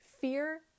fear